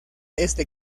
este